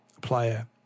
player